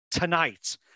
Tonight